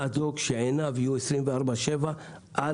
שעיניו יהיו 24/7 על